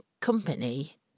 company